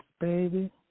baby